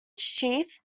chief